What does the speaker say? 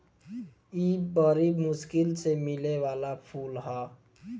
इ बरी मुश्किल से मिले वाला फूल ह